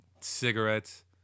Cigarettes